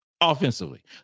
offensively